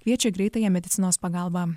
kviečia greitąją medicinos pagalbą